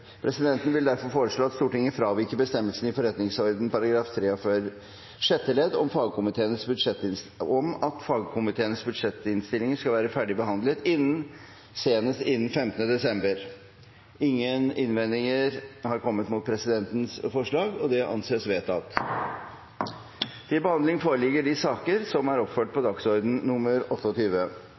Presidenten vil derfor foreslå at Stortinget fraviker bestemmelsen i forretningsordenen § 43 sjette ledd om at fagkomiteenes budsjettinnstillinger skal være ferdig behandlet senest innen 15. desember. – Ingen innvendinger er kommet mot presidentens forslag, og det anses vedtatt. Før sakene på dagens kart tas opp til behandling,